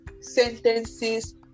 sentences